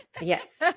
Yes